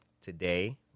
today